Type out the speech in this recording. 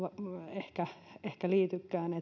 ehkä ehkä liitykään